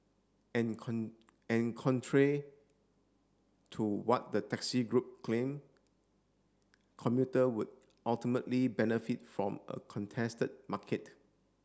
and and contrary to what the taxi group claim commuter would ultimately benefit from a contested market